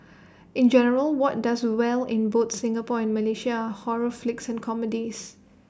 in general what does well in both Singapore and Malaysia are horror flicks and comedies